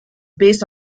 based